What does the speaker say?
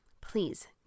please